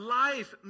life